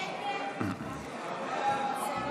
51), התשפ"ג 2022, נתקבל.